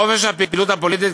חופש הפעילות הפוליטית,